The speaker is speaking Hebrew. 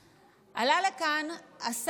עלה לכאן השר לוין,